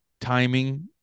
timing